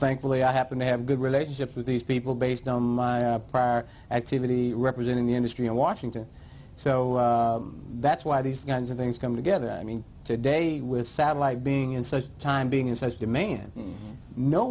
thankfully i happen to have good relationships with these people based on my prior activity representing the industry in washington so that's why these kinds of things come together i mean today with satellite being in such a time being in such demand